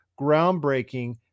groundbreaking